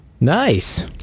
Nice